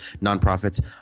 non-profits